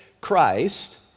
Christ